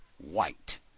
white